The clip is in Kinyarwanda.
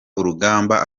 urugamba